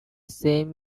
same